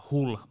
Hull